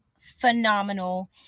phenomenal